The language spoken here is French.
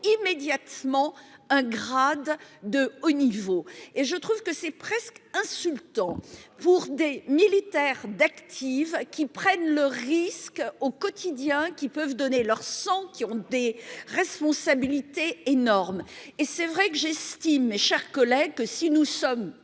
immédiatement un grade de haut niveau et je trouve que c'est presque insultant pour des militaires d'active qui prennent le risque au quotidien qui peuvent donner leur sang, qui ont des responsabilités énormes et c'est vrai que j'estime mes chers collègues, que si nous sommes